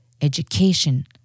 education